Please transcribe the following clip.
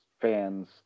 fans